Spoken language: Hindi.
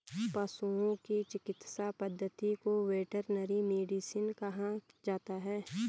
पशुओं की चिकित्सा पद्धति को वेटरनरी मेडिसिन कहा जाता है